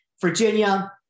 Virginia